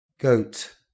Goat